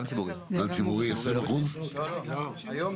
גם ציבורי.